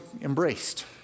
embraced